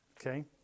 Okay